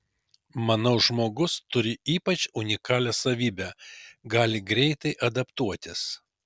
manau žmogus turi ypač unikalią savybę gali greitai adaptuotis